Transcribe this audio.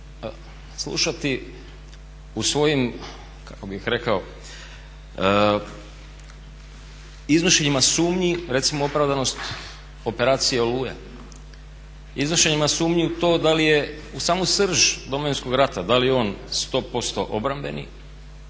slušati u svojim kako bih rekao iznošenjima sumnji recimo opravdanost Operacije Oluja, iznošenjima sumnji da li je u samu srž Domovinskog rata, da li je on 100% obrambeni